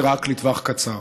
זה רק לטווח קצר.